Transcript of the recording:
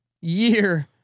year